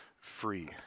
free